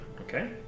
okay